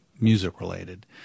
music-related